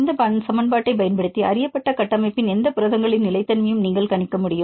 இந்த சமன்பாட்டைப் பயன்படுத்தி அறியப்பட்ட கட்டமைப்பின் எந்த புரதங்களின் நிலைத்தன்மையையும் நீங்கள் கணிக்க முடியும்